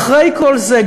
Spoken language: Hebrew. אחרי כל זה,